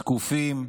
זקופים,